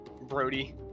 Brody